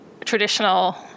traditional